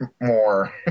more